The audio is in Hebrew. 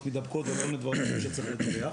מידבקות ועל כל מיני דברים שצריך לדווח,